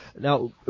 Now